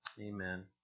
Amen